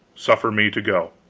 suffer me to go.